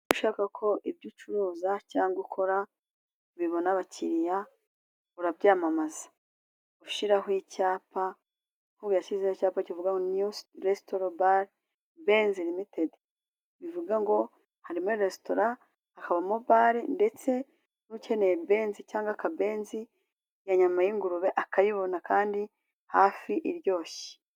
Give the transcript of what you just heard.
Niba ushaka ko ibyo ucuruza cyangwa ukora bibona abakiriya urabyamamaza ushiraho icyapa nkuyu yashyizeho icyapa kivuga niyu resito bale benzi limitedi bivuga ngo harimo resitora hakabamo bale ndetse n'ukeneye benzi cyangwa akabenzi ya nyama y'ingurube akayibona kandi hafi iryoshye.